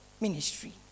ministry